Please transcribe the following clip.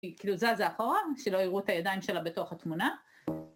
כאילו זזה אחורה, שלא יראו את הידיים שלה בתוך התמונה.